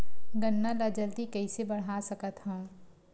गन्ना ल जल्दी कइसे बढ़ा सकत हव?